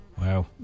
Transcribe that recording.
Wow